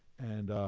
and,